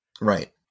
Right